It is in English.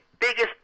biggest